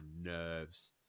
nerves